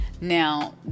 now